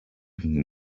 can